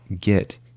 get